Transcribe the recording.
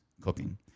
cooking